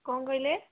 କଣ କହିଲେ